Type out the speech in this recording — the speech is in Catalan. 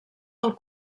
del